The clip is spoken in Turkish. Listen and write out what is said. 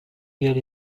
yer